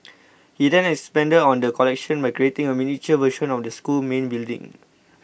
he then expanded on the collection by creating a miniature version of the school's main building